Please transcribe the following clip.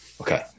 Okay